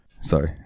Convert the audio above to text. Sorry